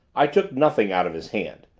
i took nothing out of his hand,